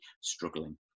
struggling